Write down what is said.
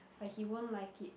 but he won't like it